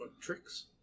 Tricks